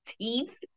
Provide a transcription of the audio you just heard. teeth